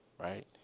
right